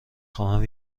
خواهم